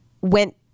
went